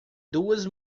duas